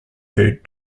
herd